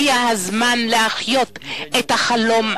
הגיע הזמן להחיות את החלום